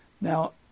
Now